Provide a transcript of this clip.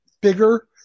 bigger